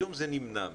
היום זה נמנע מהם.